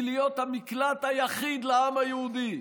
היא להיות המקלט היחיד לעם היהודי,